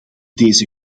deze